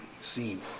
seen